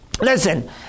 listen